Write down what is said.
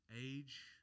age